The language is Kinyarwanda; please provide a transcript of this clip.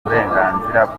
uburenganzira